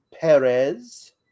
Perez